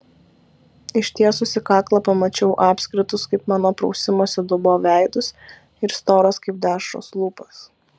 ištiesusi kaklą pamačiau apskritus kaip mano prausimosi dubuo veidus ir storas kaip dešros lūpas